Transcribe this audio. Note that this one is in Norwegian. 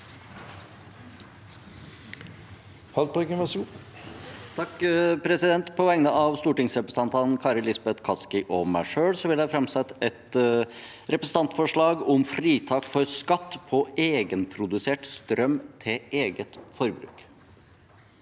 (SV) På vegne av stor- tingsrepresentantene Kari Elisabeth Kaski og meg selv vil jeg framsette et representantforslag om fritak for skatt på egenprodusert strøm til eget forbruk.